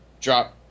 drop